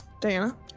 Diana